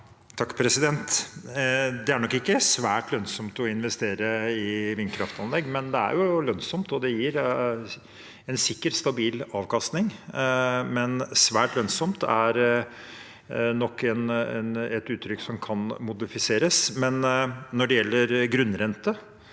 Det er nok ikke «svært lønnsomt» å investere i vindkraftanlegg. Det er jo lønnsomt, og det gir en sikker og stabil avkastning, men «svært lønnsomt» er nok et uttrykk som kan modifiseres. Når det gjelder grunnrente